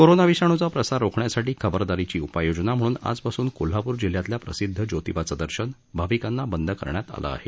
corona विषाण्चा प्रसार रोखण्यासाठी खबरदारीची उपाययोजना म्हणून आजपासून कोल्हापूर जिल्ह्यातल्या प्रसिदध ज्योतिबाचं दर्शन भाविकांना बंद करण्यात आलं आहे